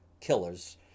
killers